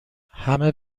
همه